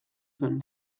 zen